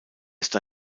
ist